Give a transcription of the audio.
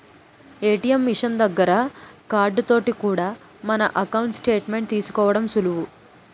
ATM machine దగ్గర card తోటి కూడా మన ఎకౌంటు స్టేట్ మెంట్ తీసుకోవడం సులువు